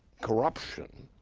corruption